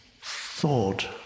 thought